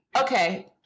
Okay